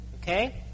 Okay